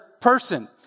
person